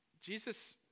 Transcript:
Jesus